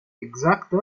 exacta